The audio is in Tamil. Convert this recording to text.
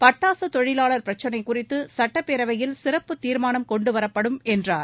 பட்டாசு தொழிலாளர் பிரச்சினை குறித்து சுட்டப்பேரவையில் சிறப்புத் தீர்மானம் கொண்டுவரப்படும் என்றார்